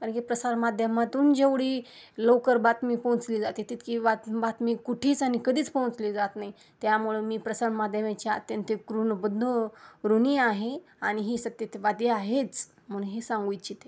कारण की प्रसारमाध्यमातून जेवढी लवकर बातमी पोहोचली जाते तितकी बात बातमी कुठेच आणि कधीच पोहोचली जात नाही त्यामुळं मी प्रसारमाध्यमेची अत्यंत ऋणबद्ध ऋणी आहे आणि ही सत्यतेवादी आहेच म्हणून हे सांगू इच्छिते